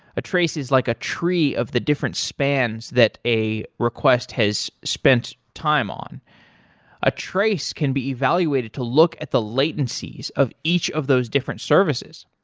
a trace is like a tree of the different spans that a request has spent time on a trace can be evaluated to look at the latencies of each of those different services.